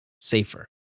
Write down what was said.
safer